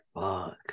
Fuck